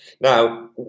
now